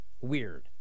weird